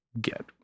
get